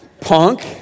Punk